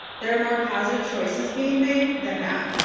they're more positive choices being made than not.